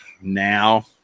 now